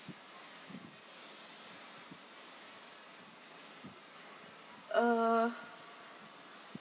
uh